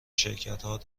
شرکتها